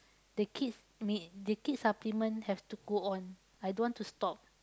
the kids may the kids supplement have to go on I don't want to stop